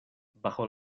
bajo